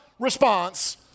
response